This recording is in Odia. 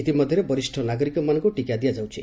ଇତିମଧ୍ଧରେ ବରିଷ୍ ନାଗରିକମାନଙ୍କୁ ଟିକା ଦିଆଯାଉଛି